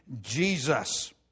Jesus